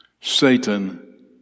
Satan